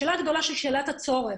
השאלה הגדול היא שאלת הצורך.